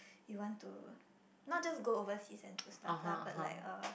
you want to not just go overseas and do stuff lah but like uh